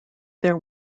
there